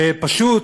שפשוט